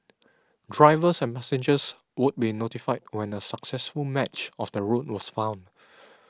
drivers and passengers would be notified when a successful match of the route was found